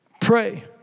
Pray